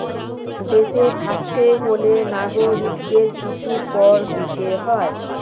দেশে থাকতে হলে নাগরিকদের কিছু কর দিতে হয়